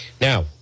Now